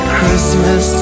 Christmas